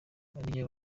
ariyo